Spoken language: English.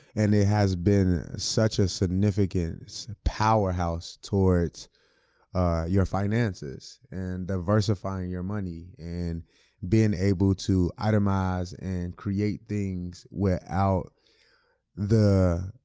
and it has been such a significant powerhouse towards your finances and diversifying your money and being able to itemize and create things without the